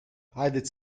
haideți